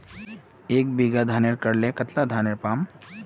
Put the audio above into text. एक बीघा धानेर करले कतला धानेर पाम?